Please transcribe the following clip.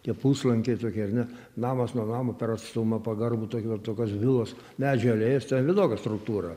tie puslankiai tokie ar ne namas nuo namo per atstumą pagarbų tokį tokios vilos medžių alėjos ten vienokia struktūra